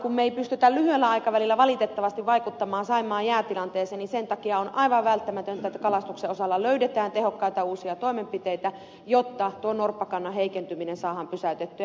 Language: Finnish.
kun me emme pysty lyhyellä aikavälillä valitettavasti vaikuttamaan saimaan jäätilanteeseen sen takia on aivan välttämätöntä että kalastuksen osalta löydetään tehokkaita uusia toimenpiteitä jotta norppakannan heikentyminen saadaan pysäytettyä